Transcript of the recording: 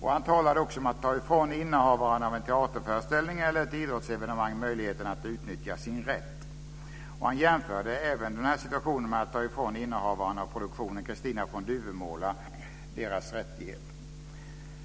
Han talade också om "att ta ifrån innehavaren av en teaterföreställning eller ett idrottsevenemang möjligheten att utnyttja sin rätt" och jämförde denna situation med att ta ifrån innehavarna av produktionen Kristina från Duvemåla deras rättigheter.